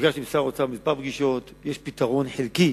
נפגשתי עם שר האוצר כמה פגישות, יש פתרון חלקי